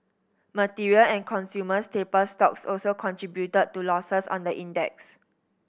material and consumer staple stocks also contributed to losses on the index